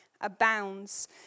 abounds